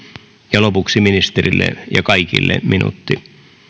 ja lopuksi ministerille kaikille minuutti